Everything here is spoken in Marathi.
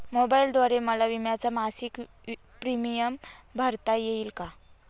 मोबाईलद्वारे मला विम्याचा मासिक प्रीमियम भरता येईल का?